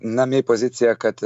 na mei pozicija kad